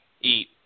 eat